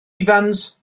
ifans